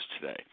today